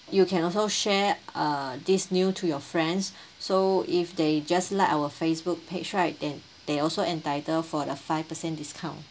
you can also share uh this news to your friends so if they just like our Facebook page right then they also entitled for the five percent discount